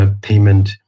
payment